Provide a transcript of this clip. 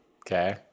Okay